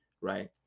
right